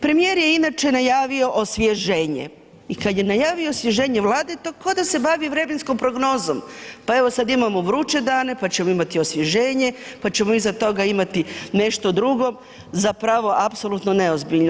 Premijer je inače najavio osvježenje i kad je najavio osvježenje Vlade to koda se bavi vremenskom prognozom, pa evo sad imamo vruće dane, pa ćemo imati osvježenje, pa ćemo iza toga imati nešto drugo, zapravo apsolutno neozbiljno.